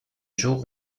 jour